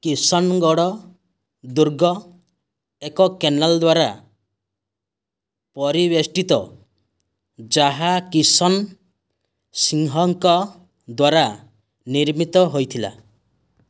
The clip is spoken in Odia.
କିଶନଗଡ଼ ଦୁର୍ଗ ଏକ କେନାଲ୍ ଦ୍ୱାରା ପରିବେଷ୍ଟିତ ଯାହା କିଶନ ସିଂହଙ୍କ ଦ୍ୱାରା ନିର୍ମିତ ହୋଇଥିଲା